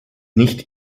nicht